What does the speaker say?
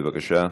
בבקשה,